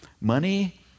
Money